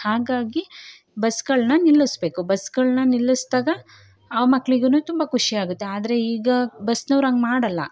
ಹಾಗಾಗಿ ಬಸ್ಗಳನ್ನ ನಿಲ್ಲಿಸ್ಬೇಕು ಬಸ್ಗಳನ್ನ ನಿಲ್ಲಿಸ್ದಾಗ ಆ ಮಕ್ಕಳಿಗೂನು ತುಂಬ ಖುಷಿ ಆಗುತ್ತೆ ಆದರೆ ಈಗ ಬಸ್ನವ್ರು ಹಂಗ್ ಮಾಡೋಲ್ಲ